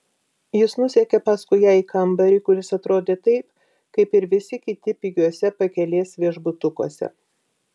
jis nusekė paskui ją į kambarį kuris atrodė taip kaip ir visi kiti pigiuose pakelės viešbutukuose